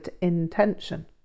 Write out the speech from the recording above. intention